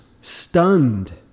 stunned